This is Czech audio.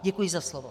Děkuji za slovo.